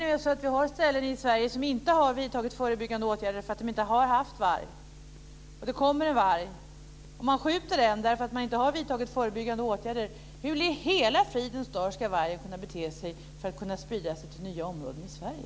Om vi nu har ställen i Sverige där man inte har vidtagit förebyggande åtgärder därför att man inte har haft varg, och om det kommer en varg och man skjuter den därför att man inte har vidtagit förebyggande åtgärder - hur i hela friden ska vargen då bete sig för att kunna sprida sig till nya områden i Sverige?